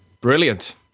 Brilliant